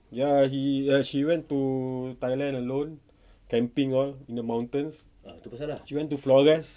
ya he ah seh went to thailand alone camping all in the mountains she went to forest